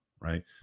right